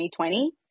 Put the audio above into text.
2020